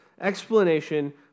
explanation